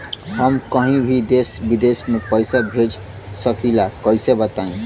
हम कहीं भी देश विदेश में पैसा भेज सकीला कईसे बताई?